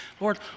Lord